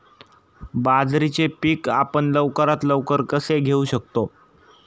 बाजरीचे पीक आपण लवकरात लवकर कसे घेऊ शकतो?